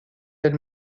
elle